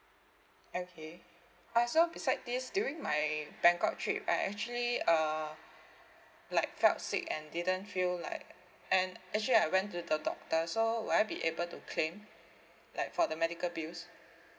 okay uh so besides this during my bangkok trip I actually uh like felt sick and didn't feel like and actually I went to the doctor so will I be able to claim like for the medical bills